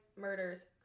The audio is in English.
murders